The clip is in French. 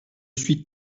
suis